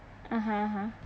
(uh huh) (uh huh)